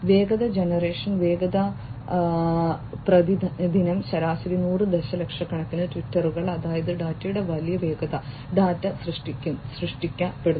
വേഗത ജനറേഷൻ വേഗത പ്രതിദിനം ശരാശരി 100 ദശലക്ഷക്കണക്കിന് ട്വീറ്റുകൾ അതായത് ഡാറ്റയുടെ വലിയ വേഗത ഡാറ്റ സൃഷ്ടിക്കപ്പെടുന്നു